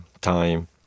time